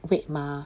weight mah